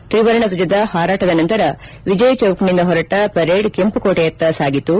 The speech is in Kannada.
ತ್ರಿವರ್ಣ ಧ್ಲಜದ ಹಾರಾಟದ ನಂತರ ವಿಜಯ್ ಚೌಕ್ ನಿಂದ ಹೊರಟ ಪೆರೇಡ್ ಕೆಂಪುಕೋಟೆಯತ್ತ ಸಾಗಿತು